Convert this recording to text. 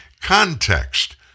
context